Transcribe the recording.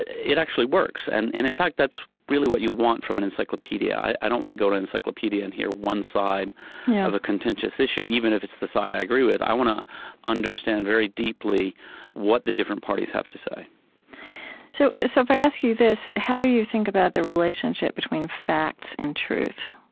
it actually works. and and in fact, that's really what you want from an encyclopedia. i i don't want to go to an encyclopedia and hear one side of a contentious issue, even if it's the side i agree with. i want to understand very deeply what the different parties have to say so, so if i ask you this, how do you think about the relationship between facts and truth?